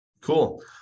Cool